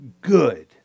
good